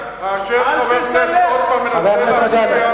חבר הכנסת,